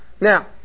now